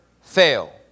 fail